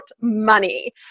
money